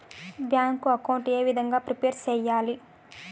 Bank account ఏ విధంగా prepare సెయ్యాలి?